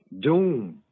doom